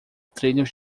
trilhos